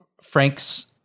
Frank's